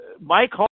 Mike